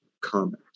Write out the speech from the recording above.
comment